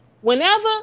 Whenever